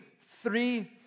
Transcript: three